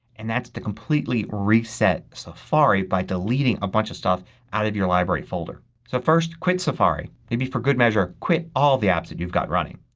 and that's to completely reset safari by deleting a bunch of stuff out of your library folder. so first quit safari. maybe for good measure quit all the apps that you've got running.